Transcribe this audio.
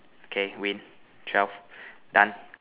okay win twelve done